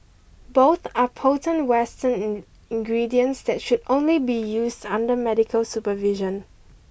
both are potent western ingredients that should only be used under medical supervision